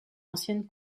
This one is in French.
ancienne